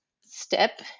step